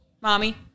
Mommy